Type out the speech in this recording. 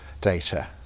data